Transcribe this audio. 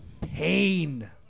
Pain